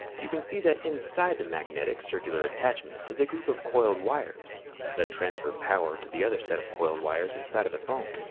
you can see that inside the magnetic circular attachment is a group of coiled wires that transfer power to the other set of coiled wires inside of the phone.